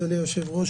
אדוני היושב-ראש,